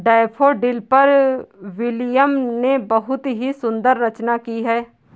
daffodil पर William ने बहुत ही सुंदर रचना की है